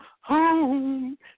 Home